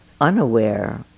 unaware